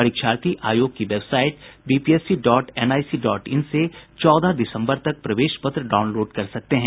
परीक्षार्थी आयोग की website BPSC dot NIC dot in से चौदह दिसम्बर तक प्रवेश पत्र डाउनलोड कर सकते हैं